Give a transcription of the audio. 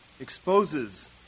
exposes